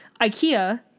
ikea